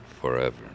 forever